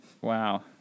Wow